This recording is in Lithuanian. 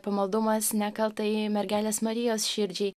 pamaldumas nekaltajai mergelės marijos širdžiai